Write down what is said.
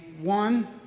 one